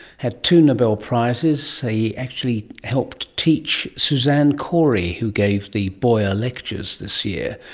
had two nobel prizes, he actually helped teach suzanne cory who gave the boyer lectures this year,